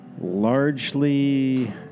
Largely